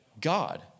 God